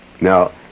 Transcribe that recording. Now